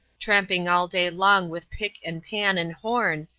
tramping all day long with pick and pan and horn,